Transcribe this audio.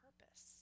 purpose